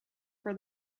for